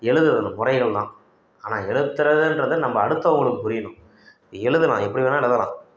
எழுதுகிறதுனுடைய முறைகள் தான் ஆனால் எழுத்துறதுன்றது நம்ம அடுத்தவங்களுக்கு புரியணும் எழுதலாம் எப்படி வேணால் எழுதலாம்